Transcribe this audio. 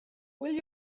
will